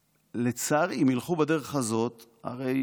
ולצערי אם ילכו בדרך הזאת הרי